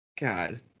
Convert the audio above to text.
God